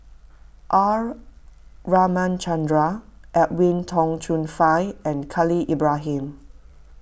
R Ramachandran Edwin Tong Chun Fai and Khalil Ibrahim